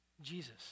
Jesus